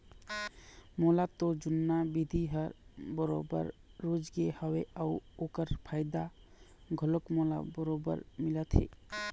मोला तो जुन्ना बिधि ह बरोबर रुचगे हवय अउ ओखर फायदा घलोक मोला बरोबर मिलत हे